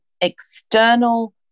external